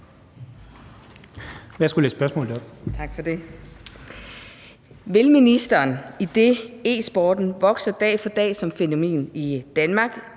Broman Mølbæk (SF): Tak for det. Vil ministeren, idet e-sporten vokser dag for dag som fænomen i Danmark,